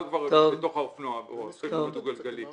כבר בתוך האופנוע או בתוך הרכב הדו גלגלי.